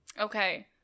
Okay